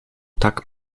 tak